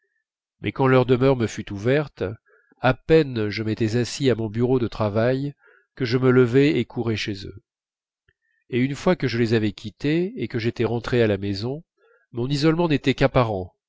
mais quand leur demeure me fut ouverte à peine je m'étais assis à mon bureau de travail que je me levais et courais chez eux et une fois que je les avais quittés et que j'étais rentré à la maison mon isolement n'était qu'apparent